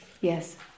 yes